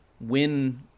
win